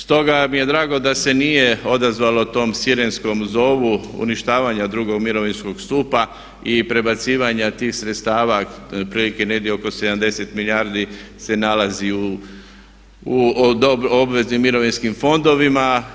Stoga mi je drago da se nije odazvalo tom sirenskom zovu uništavanja drugog mirovinskog stupa i prebacivanja tih sredstava otprilike negdje oko 70 milijardi se nalazi u obveznim mirovinskim fondovima.